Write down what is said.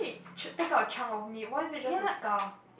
should take out a chunk of meat why is it just a scar